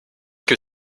que